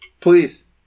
Please